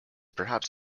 perhaps